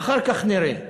אחר כך נראה.